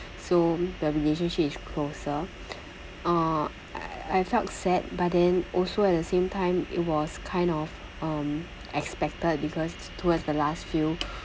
so the relationship is closer uh I I felt sad but then also at the same time it was kind of um expected because towards the last few